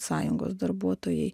sąjungos darbuotojai